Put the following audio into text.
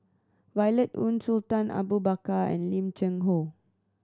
Violet Oon Sultan Abu Bakar and Lim Cheng Hoe